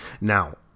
Now